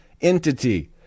entity